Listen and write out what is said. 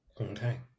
Okay